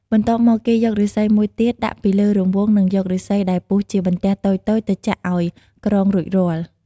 បន្ទាប់មក គេយកឫស្សីមួយទៀតដាក់ពីលើរង្វង់និងយកឫស្សីដែលពុះជាបន្ទះតូចៗទៅចាក់អោយក្រងរួចរាល់។